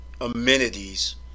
amenities